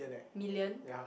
million